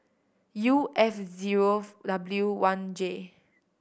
U S zero W one J